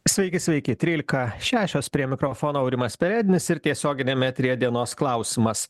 sveiki sveiki trylika šešios prie mikrofono aurimas perednis ir tiesioginiam eteryje dienos klausimas